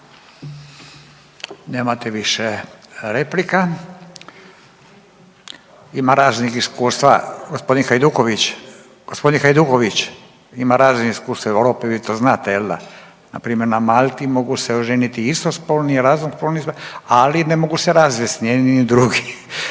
Nemate više replika. Ima raznih iskustva. Gospodin Hajduković, ima raznih iskustva u Europi vi to znate. Na primjer na Malti mogu se oženiti istospolni i raznospolni, ali ne mogu se razvesti ni jedni ni drugi,